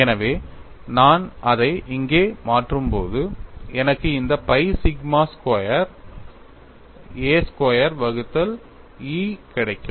எனவே நான் அதை இங்கே மாற்றும்போது எனக்கு இந்த pi sigma square a square வகுத்தல் E கிடைக்கும்